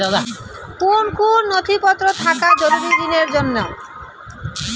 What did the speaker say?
কোন কোন নথিপত্র থাকা জরুরি ঋণের জন্য?